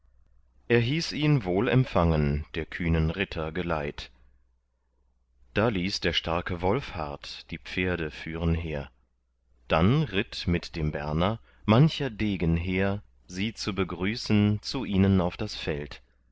er hieß ihn wohl empfangen der kühnen ritter geleit da ließ der starke wolfhart die pferde führen her dann ritt mit dem berner mancher degen hehr sie zu begrüßen zu ihnen auf das feld